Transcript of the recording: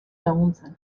laguntzen